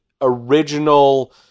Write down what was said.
original